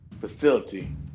facility